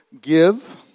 Give